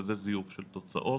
וזה זיוף של תוצאות